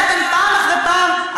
בגלל זה אתם פעם אחרי פעם,